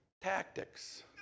Tactics